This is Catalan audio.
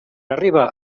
arriba